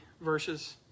verses